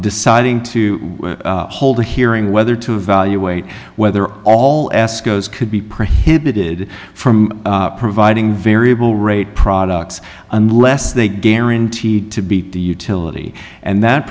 deciding to hold a hearing whether to evaluate whether all eskimos could be prohibited from providing variable rate products unless they guaranteed to beat the utility and that